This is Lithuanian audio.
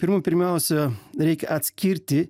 pirmų pirmiausia reikia atskirti